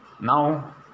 now